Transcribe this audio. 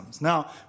Now